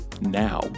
now